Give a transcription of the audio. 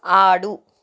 ఆడు